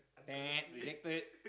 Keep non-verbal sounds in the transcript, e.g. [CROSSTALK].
[NOISE] rejected